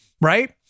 right